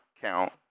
count